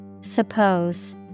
Suppose